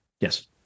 Yes